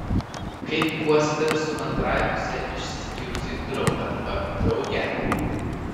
kaip guosite su antrąja puse išsiskyrusį draugą ar draugę